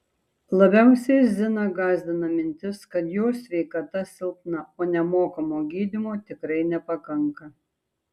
labiausiai ziną gąsdina mintis kad jos sveikata silpna o nemokamo gydymo tikrai nepakanka